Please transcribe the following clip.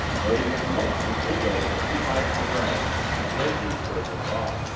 noting that most of its windows were too high from the ground to greatly encourage a marauder.